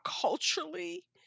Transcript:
culturally